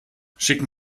schicken